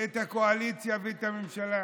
את הקואליציה ואת הממשלה.